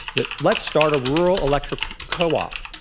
the let's start a rural electric co-op.